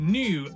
new